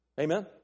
Amen